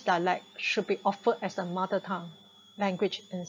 dialect should be offered as their mother tongue language in